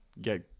get